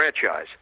franchise